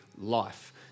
life